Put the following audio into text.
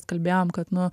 kalbėjom kad nu